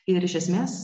ir iš esmės